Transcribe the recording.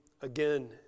again